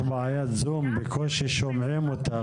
בקושי שומעים אותך,